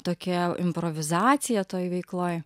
tokia improvizacija toj veikloj